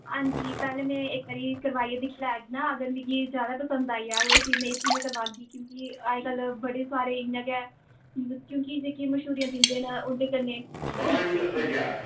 हांजी पैहले में इक्क बारी करवाइयै दिक्खी लैंग ना अगर मिगी ज्यादा पसंद आई जाग ते फी में इत्थुआं के करवागी क्योंकि अज्ज कल्ल बड़े सारे इयां गे क्योंकि जेह्के मश्हूरियां दिंदे नै उंदे कन्ने ठीक ऐ ठीक ऐ